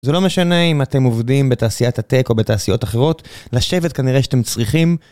זה לא משנה אם אתם עובדים בתעשיית הטק או בתעשיות אחרות, לשבת כנראה שאתם צריכים.